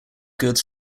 goods